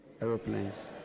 aeroplanes